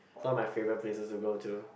some of my favourite places to go to